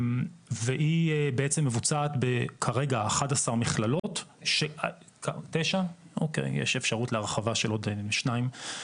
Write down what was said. ההכשרה בעצם מבוצעת כרגע בתשע מכללות עם אפשרות הרחבה של עוד שתיים.